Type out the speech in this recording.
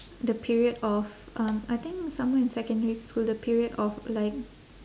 the period of um I think somewhere in secondary school the period of like